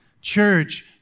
church